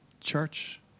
church